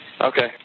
Okay